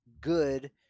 Good